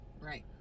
Right